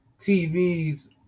TV's